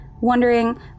wondering